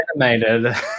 animated